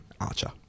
Archer